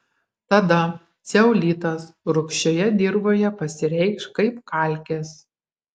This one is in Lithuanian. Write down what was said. tada ceolitas rūgščioje dirvoje pasireikš kaip kalkės